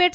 પેટ